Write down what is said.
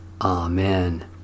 Amen